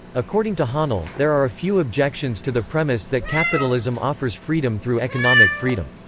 according to hahnel, there are a few objections to the premise that capitalism offers freedom through economic freedom.